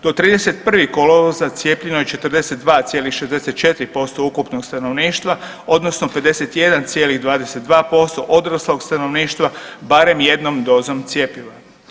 Do 31. kolovoza cijepljeno je 42,64% ukupnog stanovništva odnosno 51,22% odraslog stanovništva barem jednom dozom cjepiva.